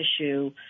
issue